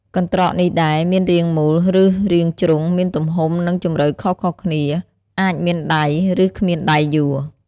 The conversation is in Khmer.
កន្រ្តកនេះដែរ មានរាងមូល ឬរាងជ្រុង មានទំហំ និងជម្រៅខុសៗគ្នា អាចមានដៃ ឬគ្មានដៃយួរ។